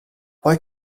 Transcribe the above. why